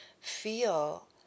feel